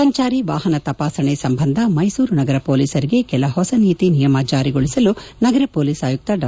ಸಂಜಾರಿ ವಾಪನ ತಪಾಸಣೆ ಸಂಬಂಧ ಮೈಸೂರು ನಗರ ಪೊಲೀಸರಿಗೆ ಕೆಲ ಹೊಸ ನೀತಿ ನಿಯಮಜಾರಿಗೊಳಿಸಲು ನಗರ ಪೊಲೀಸ್ ಆಯುಕ್ತ ಡಾ